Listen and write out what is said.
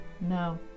No